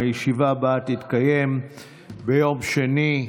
הישיבה הבאה תתקיים ביום שני,